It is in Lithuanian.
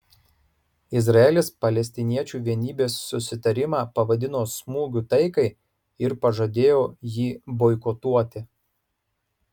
izraelis palestiniečių vienybės susitarimą pavadino smūgiu taikai ir pažadėjo jį boikotuoti